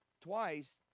twice